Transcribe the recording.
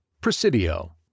Presidio